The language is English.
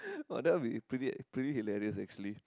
oh that will be pretty pretty hilarious actually